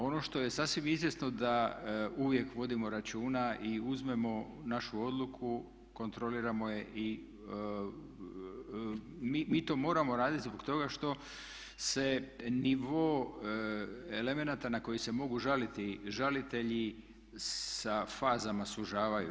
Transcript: Ono što je sasvim izvjesno da uvijek vodimo računa i uzmemo našu odluku, kontroliramo je i mi to moramo raditi zbog toga što se nivo elemenata na koji se mogu žaliti žalitelji sa fazama sužavaju.